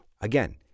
Again